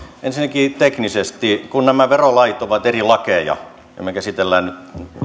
ensinnäkin teknisesti kun nämä verolait ovat eri lakeja ja me käsittelemme